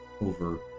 over